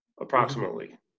Approximately